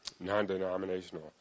non-denominational